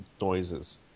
noises